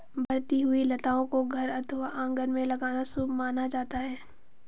बढ़ती हुई लताओं को घर अथवा आंगन में लगाना शुभ माना जाता है